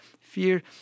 fear